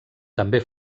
també